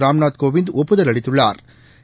ராம்நாத் கோவிந்த் ஒப்புதல் அளித்துள்ளாா்